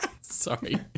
Sorry